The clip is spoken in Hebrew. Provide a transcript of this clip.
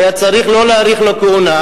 היה צריך לא להאריך לו את הכהונה.